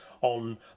on